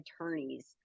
attorneys